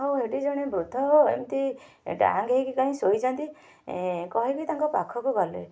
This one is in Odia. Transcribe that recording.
ଆଉ ଏଠି ଜଣେ ବୃଦ୍ଧ ଏମିତି ଡାଙ୍ଗ ହେଇକି କାହିଁକି ଶୋଇଛନ୍ତି କହିକି ତାଙ୍କ ପାଖକୁ ଗଲେ